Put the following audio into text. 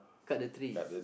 cut the tree